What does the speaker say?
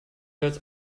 jetzt